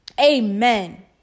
Amen